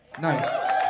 Nice